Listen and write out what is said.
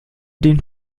den